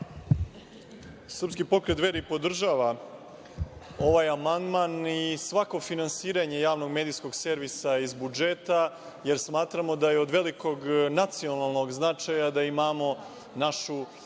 Srpski pokret Dveri podržava ovaj amandman i svako finansiranje javnog medijskog servisa iz budžeta, jer smatramo da je od velikog nacionalnog značaja da imamo našu